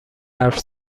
حرف